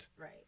right